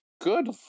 good